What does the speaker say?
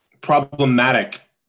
problematic